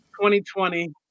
2020